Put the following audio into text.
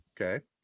okay